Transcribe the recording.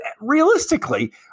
realistically